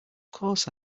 course